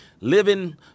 living